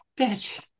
bitch